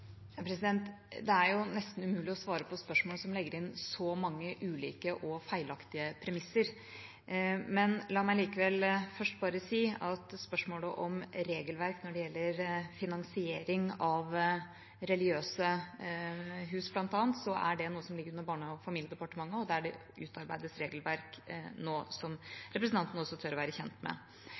Det er nesten umulig å svare på spørsmål som legger inn så mange ulike og feilaktige premisser. La meg likevel først bare si at spørsmålet om regelverk når det gjelder finansiering av bl.a. religiøse hus, ligger under Barne- og familiedepartementet, der det utarbeides regelverk nå, som også representanten tør være kjent med.